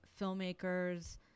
filmmakers